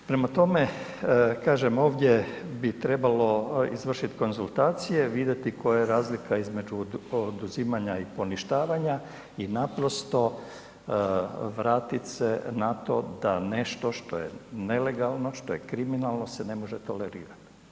Prema tome, kažem ovdje bi trebalo izvršiti konzultacije, vidjeti koja je razlika između oduzimanja i poništavanja i naprosto vratit se na to da nešto što je nelegalno, što je kriminalno se ne može tolerirati.